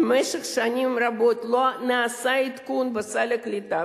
במשך שנים רבות לא נעשה עדכון בסל הקליטה.